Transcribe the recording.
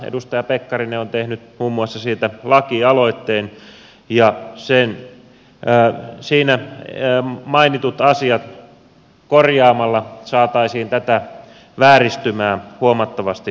edustaja pekkarinen on tehnyt muun muassa siitä lakialoitteen ja siinä mainitut asiat korjaamalla saataisiin tätä vääristymää huomattavasti paremmaksi